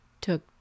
took